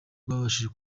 twabashije